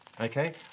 okay